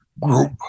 group